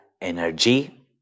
energy